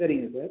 சரிங்க சார்